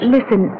Listen